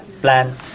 plan